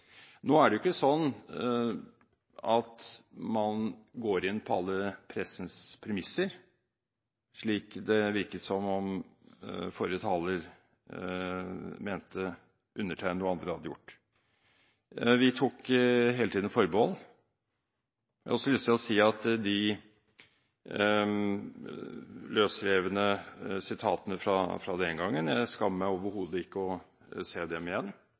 Nå er det jo ikke slik at man går inn på alle pressens premisser, slik det virket som om forrige taler mente at undertegnede og andre hadde gjort. Vi tok hele tiden forbehold. Jeg har også lyst til å si at de løsrevne sitatene fra den gangen – jeg skammer meg overhodet ikke over å se dem igjen